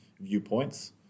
viewpoints